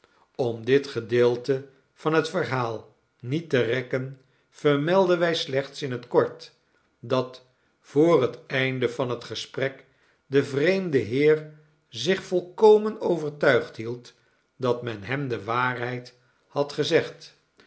om dit gedeelte van hetverhaal niet te rekken vermelden wij slechts in het kort dat voor het einde van het gesprek de vreemde heer zich volkomen overtuigd hield dat men hem de waarheid had gezegd